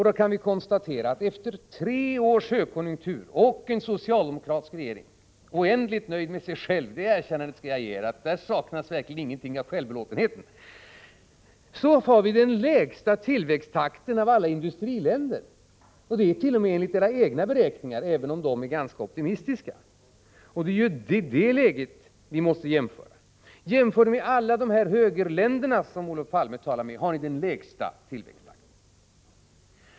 Vi kan konstatera att vi efter tre års högkonjunktur och en socialdemokratisk regering som är oändligt nöjd med sig själv — det erkännandet skall jag ge er; när det gäller självbelåtenhet saknas verkligen ingenting — har den lägsta tillväxttakten av alla industriländer, t.o.m. enligt socialdemokraternas egna beräkningar, trots att de är ganska optimistiska. Det är det läget vi måste titta på. Jämfört med alla de högerländer som Olof Palme talade om har vi den lägsta tillväxttakten.